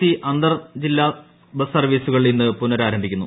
C അന്തർജില്ലാ bus സർവീസുകൾ ഇന്ന് പുനഃരാരംഭിക്കുന്നു